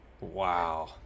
wow